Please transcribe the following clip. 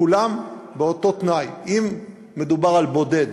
כולם באותו תנאי: אם מדובר על בודד,